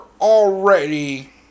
already